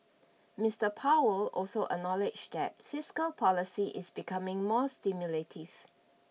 Mister Powell also acknowledged that fiscal policy is becoming more stimulative